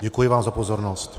Děkuji vám za pozornost.